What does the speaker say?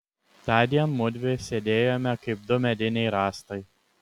tądien mudvi sėdėjome kaip du mediniai rąstai